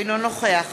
אינו נוכח